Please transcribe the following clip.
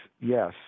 yes